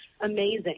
amazing